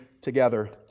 together